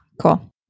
Cool